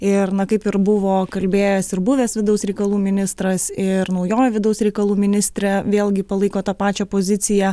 ir na kaip ir buvo kalbėjęs ir buvęs vidaus reikalų ministras ir naujoji vidaus reikalų ministrė vėlgi palaiko tą pačią poziciją